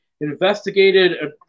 investigated